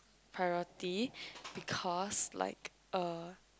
priority because like uh